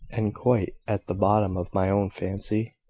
and quite at the bottom of my own fancy.